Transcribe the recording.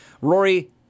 rory